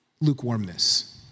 lukewarmness